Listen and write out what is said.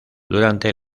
durante